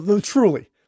Truly